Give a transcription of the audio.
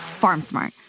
FarmSmart